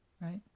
Right